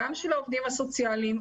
גם של העובדים הסוציאליים,